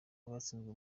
abatsinzwe